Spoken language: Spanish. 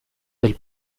del